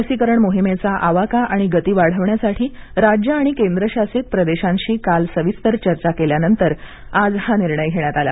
लसीकरण मोहिमेचा आवाका आणि गती वाढवण्यासाठी राज्य आणि केंद्रशासित प्रदेशांशी काल सविस्तर चर्चा केल्यानंतर आज हा निर्णय घेण्यात आला